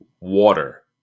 water